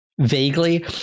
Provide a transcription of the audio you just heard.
vaguely